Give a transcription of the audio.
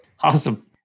Awesome